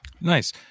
Nice